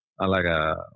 Alaga